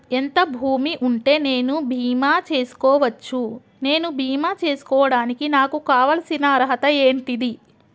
ఎంత భూమి ఉంటే నేను బీమా చేసుకోవచ్చు? నేను బీమా చేసుకోవడానికి నాకు కావాల్సిన అర్హత ఏంటిది?